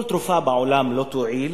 כל תרופה בעולם לא תועיל